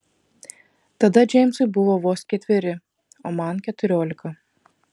tada džeimsui buvo vos ketveri o man keturiolika